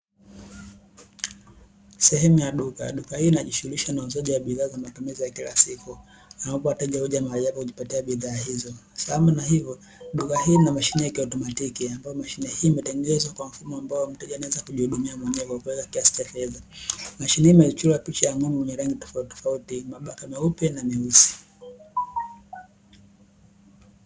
Sehemu ya duka, duka hili linajishughulisha na uuzaji wa bidhaa za matumizi ya kila siku ambapo wateja huja mahali hapa kujipatia bidhaa hizo, sambamba na hivo duka hili lina mashine ya kiautomatiki ambayo mashine hii imetengenezwa kwa mfumo ambao mteja anaweza kujihudumia mwenyewe kwa kuweka kiasi cha fedha. Mashine hii imechorwa picha ya ng'ombe mwenye rangi tofautitofauti, mabaka meupe na meusi.